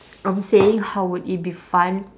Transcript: I'm saying how would it be fun